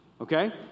okay